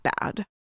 bad